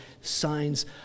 signs